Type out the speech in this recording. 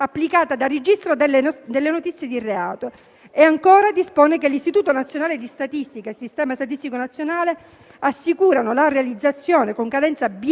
dichiarazioni di voto)